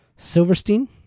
Silverstein